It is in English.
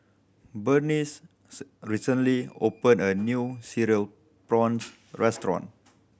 Berneice recently opened a new Cereal Prawns restaurant